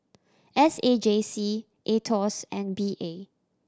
S A J C Aetos and P A